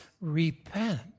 repent